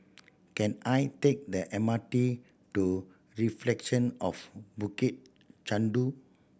can I take the M R T to Reflections of Bukit Chandu